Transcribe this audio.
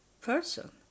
person